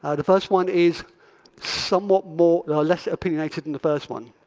ah the first one is somewhat more or less opinionated than the first one.